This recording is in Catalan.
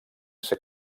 ser